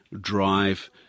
Drive